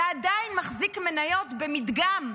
עדיין מחזיק מניות ב"מדגם",